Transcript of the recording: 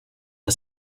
are